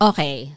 Okay